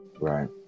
Right